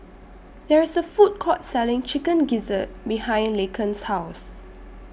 There IS A Food Court Selling Chicken Gizzard behind Laken's House